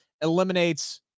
eliminates